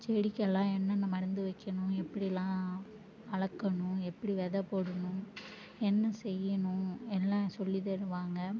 செடிக்கெல்லாம் என்னென்ன மருந்து வைக்கணும் எப்படியெல்லாம் வளர்க்கணும் எப்படி வெதை போடணும் என்ன செய்யணும் எல்லாம் சொல்லித் தருவாங்க